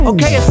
Okay